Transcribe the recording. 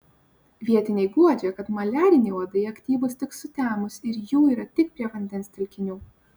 vietiniai guodžia kad maliariniai uodai aktyvūs tik sutemus ir jų yra tik prie vandens telkinių